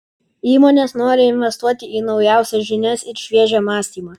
įmonės nori investuoti į naujausias žinias ir šviežią mąstymą